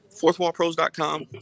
fourthwallpros.com